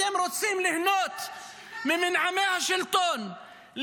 אתם רוצים ליהנות ממנעמי השלטון,